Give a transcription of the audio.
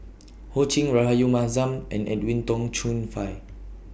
Ho Ching Rahayu Mahzam and Edwin Tong Chun Fai